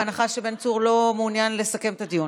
בהנחה שבן צור לא מעוניין לסכם את הדיון,